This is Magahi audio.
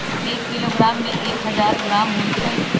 एक किलोग्राम में एक हजार ग्राम होई छई